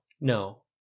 No